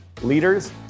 leaders